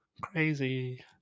crazy